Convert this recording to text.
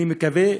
אני מקווה,